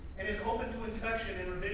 it is open to inspection and